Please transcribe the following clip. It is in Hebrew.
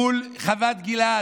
מול חוות גלעד,